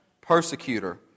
persecutor